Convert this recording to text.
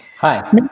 Hi